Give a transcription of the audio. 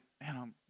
man